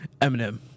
Eminem